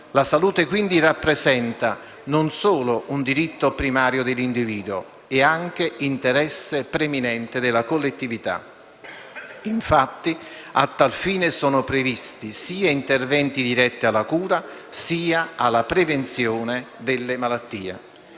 La salute, quindi, rappresenta non solo un diritto primario dell'individuo, ma è anche interesse preminente della collettività. Infatti, a tal fine sono previsti sia interventi diretti alla cura sia alla prevenzione delle malattie.